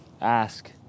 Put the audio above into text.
ask